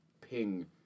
ping